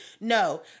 No